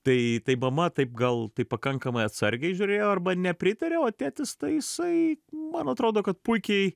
tai tai mama taip gal taip pakankamai atsargiai žiūrėjo arba nepritarė o tėtis tai isai man atrodo kad puikiai